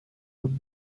would